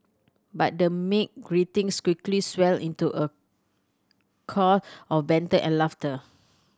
but the meek greetings quickly swelled into a of banter and laughter